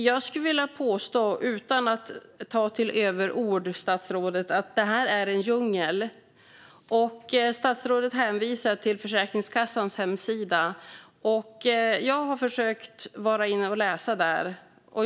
Jag skulle vilja påstå - utan att ta till överord - att detta är en djungel. Statsrådet hänvisar till Försäkringskassans hemsida. Jag har försökt gå in och läsa där.